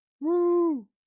Woo